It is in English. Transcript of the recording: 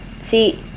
see